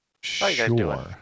Sure